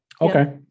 Okay